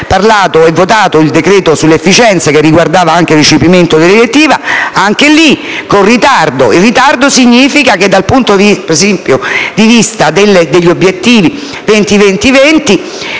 discusso e votato il decreto sull'efficienza energetica, che riguardava anche il recepimento della direttiva, e anche lì con ritardo. Ritardo significa che, dal punto di vista degli obiettivi 20-20-20,